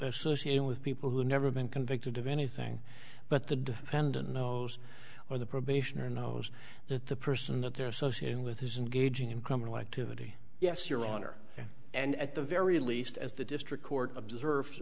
associating with people who have never been convicted of anything but the defendant knows or the probationer knows that the person that they're associating with his and gaging in criminal activity yes your honor and at the very least as the district court observe